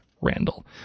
Randall